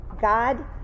God